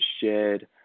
shared